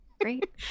Great